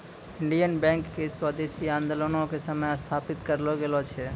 Indian Bank के स्वदेशी आन्दोलनो के समय स्थापित करलो गेलो छै